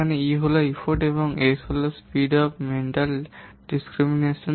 যেখানে E হল প্রচেষ্টা এবং S হল মানসিক বৈষম্যের গতি